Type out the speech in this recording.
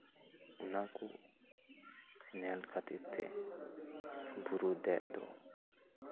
ᱚᱱᱟ ᱠᱚ ᱧᱮᱞ ᱠᱷᱟᱹᱛᱤᱨ ᱛᱮ ᱵᱩᱨᱩ ᱫᱮᱡ ᱫᱚ